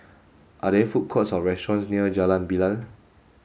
are there food courts or restaurants near Jalan Bilal